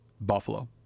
buffalo